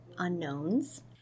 unknowns